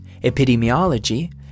Epidemiology